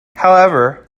however